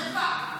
זאת חרפה.